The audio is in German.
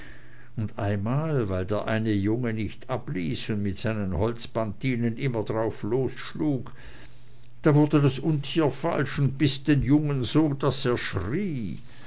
und einmal weil der eine junge nicht abließ und mit seinen holzpantinen immer drauflosschlug da wurde das untier falsch und biß den jungen so daß er schrie